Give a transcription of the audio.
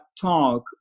talk